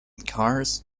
cars